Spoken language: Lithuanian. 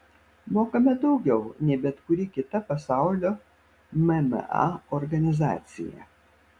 mokame daugiau nei bet kuri kita pasaulio mma organizacija